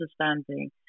understanding